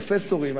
פרופסורים,